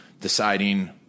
deciding